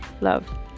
love